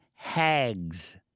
hags